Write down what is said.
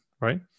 right